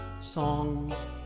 songs